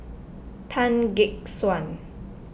Tan Gek Suan